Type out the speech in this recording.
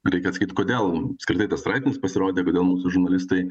reikia atsakyt kodėl apskritai tas straipsnis pasirodė kodėl mūsų žurnalistai